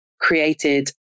created